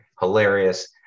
hilarious